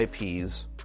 IPs